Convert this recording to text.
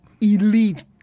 Elite